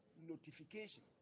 notification